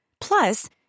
Plus